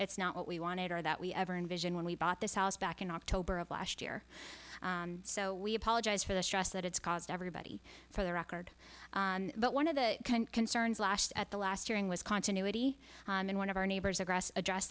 it's not what we wanted or that we ever envisioned when we bought this house back in october of last year so we apologize for the stress that it's caused everybody for the record but one of the concerns last at the last hearing was continuity in one of our neighbors a grass address